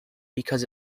because